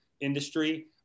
industry